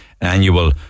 annual